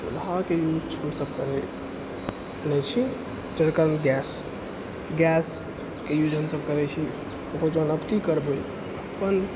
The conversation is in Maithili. चूल्हाके यूज हम सभ करै नहि छी जेकर काल गैस गैसके यूज हमसभ करै छी बहुत जादा की करबै अपन